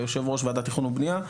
יו"ר וועדת תכנון ובניה.